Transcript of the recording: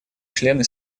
члены